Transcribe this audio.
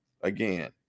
Again